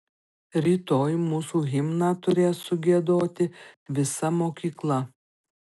rytoj mūsų himną turės sugiedoti visa mokykla